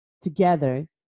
together